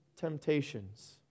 temptations